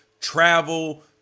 travel